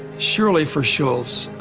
surely for shultz,